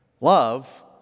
love